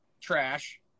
trash